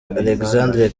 alexandre